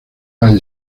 high